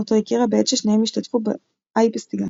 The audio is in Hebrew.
אותו הכירה בעת ששניהם השתתפו ב-"i פסטיגל".